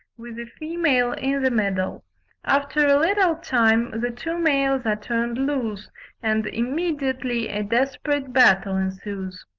with a female in the middle after a little time the two males are turned loose and immediately a desperate battle ensues.